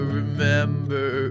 remember